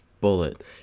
bullet